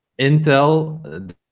intel